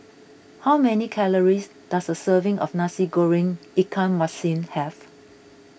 how many calories does a serving of Nasi Goreng Ikan Masin have